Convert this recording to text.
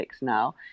now